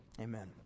Amen